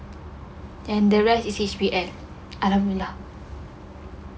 and the rest is six P_M alhamdulillah